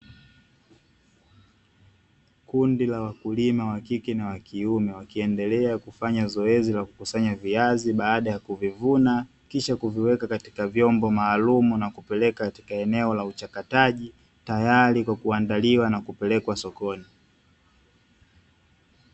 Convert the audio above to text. Kundi la wakulima wakike na wa kiume, wakiendelea na zoezi ka kukusanya viazi baada ya kuvivuna. Kisha kuviweka katika vyombo maalumu na kupeleka katika eneo la uchakataji tayari kwa kuandaliwa na kupelekwa sokoni.